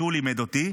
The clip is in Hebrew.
שהוא לימד אותי,